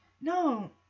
No